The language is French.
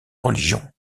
religion